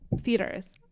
theaters